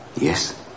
Yes